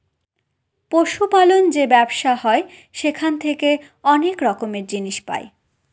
পশু পালন যে ব্যবসা হয় সেখান থেকে অনেক রকমের জিনিস পাই